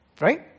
Right